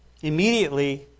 immediately